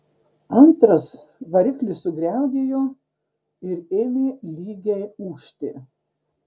antras variklis sugriaudėjo ir ėmė lygiai ūžti